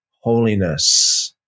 holiness